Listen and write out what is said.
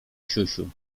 siusiu